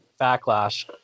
backlash